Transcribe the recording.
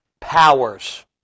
powers